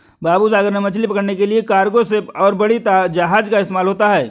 बाबू सागर में मछली पकड़ने के लिए कार्गो शिप और बड़ी जहाज़ का इस्तेमाल होता है